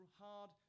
hard